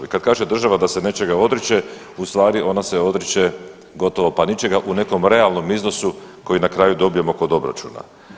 I kad kaže država da se nečega odriče ustvari ona se odriče gotovo pa ničega u nekom realnom iznosu koji na kraju dobijemo kod obračuna.